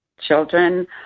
children